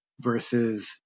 versus